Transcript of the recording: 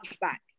back